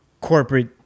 corporate